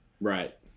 Right